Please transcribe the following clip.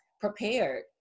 prepared